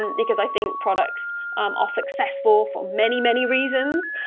um because i think products um are successful for many, many reasons,